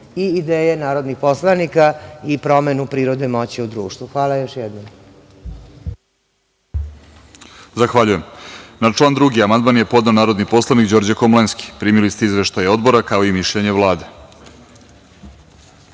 i ideje narodnih poslanika i promenu prirode moći u društvu. Hvala još jednom. **Ivica Dačić** Zahvaljujem. Na član 2. amandman je podneo narodni poslanik Đorđe Komlenski. Primili ste izveštaj Odbora kao i mišljenje Vlade. Na